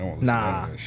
nah